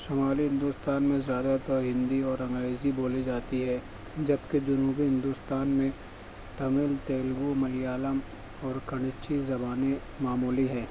شمالی ہندوستان میں زیادہ تر ہندی اور انگریزی بولی جاتی ہے جب کہ جنوبی ہندوستان میں تمل تیلگو ملیالم اور کراننچی زبانیں معمولی ہیں